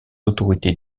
autorités